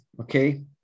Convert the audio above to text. okay